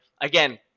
again